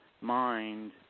mind